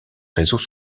réseaux